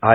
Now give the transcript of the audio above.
I